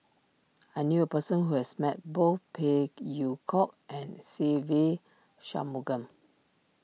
I knew a person who has met both Phey Yew Kok and Se Ve Shanmugam